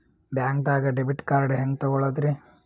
ಬ್ಯಾಂಕ್ದಾಗ debit card ಹೆಂಗ್ ತಗೊಳದ್ರಿ?